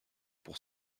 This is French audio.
pour